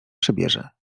przebierze